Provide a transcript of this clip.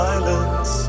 Silence